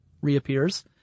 reappears